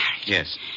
Yes